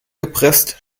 gepresst